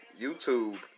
YouTube